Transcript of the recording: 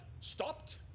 stopped